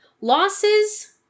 Losses